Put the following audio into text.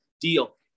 deal